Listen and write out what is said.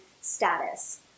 status